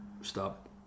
stop